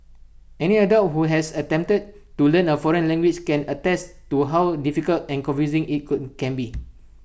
any adult who has attempted to learn A foreign language can attest to how difficult and confusing IT could can be